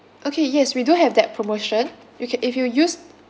okay yes we do have that promotion you can if you use